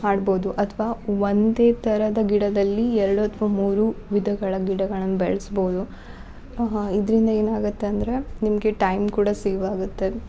ಮಾಡ್ಬೋದು ಅಥ್ವಾ ಒಂದೇ ಥರದ ಗಿಡದಲ್ಲಿ ಎರಡು ಅಥ್ವಾ ಮೂರು ವಿಧಗಳ ಗಿಡಗಳನ್ನ ಬೆಳೆಸ್ಬೋದು ಇದರಿಂದ ಏನಾಗುತ್ತೆ ಅಂದರೆ ನಿಮಗೆ ಟೈಮ್ ಕೂಡ ಸೇವ್ ಆಗುತ್ತೆ